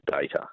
data